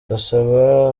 ndasaba